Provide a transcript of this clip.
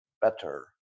better